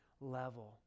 level